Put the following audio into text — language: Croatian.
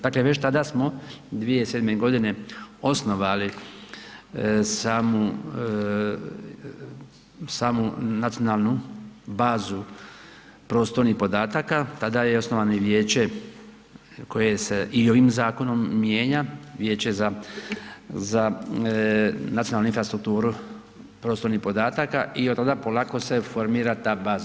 Dakle već tada smo 2007. g. osnovali samu nacionalnu bazu prostornih podataka, tada je i osnovano vijeće koje se i ovim zakonom mijenja, Vijeće za nacionalnu infrastrukturu prostornih podataka i od tada polako se formira ta baza.